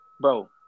Bro